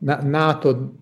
na nato